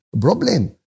problem